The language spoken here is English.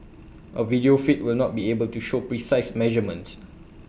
A video feed will not be able to show precise measurements